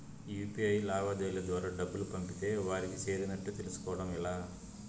UPI లావాదేవీల ద్వారా డబ్బులు పంపితే వారికి చేరినట్టు తెలుస్కోవడం ఎలా?